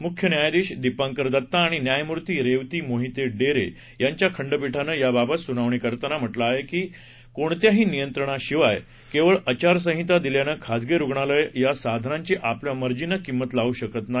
मुख्य न्यायधीश दिपांकर दत्ता आणि न्यायमुर्ती रेवती मोहिते डेरे यांच्या खंजपिठानं या बाबत सुनावणी करतांना म्हटलं आहे की कोणत्याही नियंत्रणाशिवाय केवळ आचारसंहिता दिल्यानं खाजगी रुग्णालयं या साधनांची आपल्या मर्जीन किंमत लाऊ शकतात